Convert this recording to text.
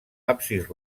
absis